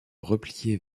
replier